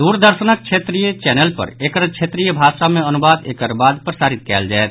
दूरदर्शनक क्षेत्रीय चैनल पर एकर क्षेत्रीय भाषा मे अनुवाद एकर बाद प्रसारित कयल जायत